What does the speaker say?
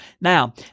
Now